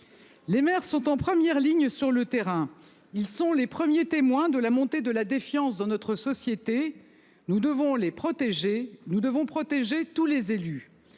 Les maires sont en première ligne sur le terrain. Ils sont les premiers témoins de la montée de la défiance dans notre société. Nous devons les protéger. Nous devons protéger tous les élus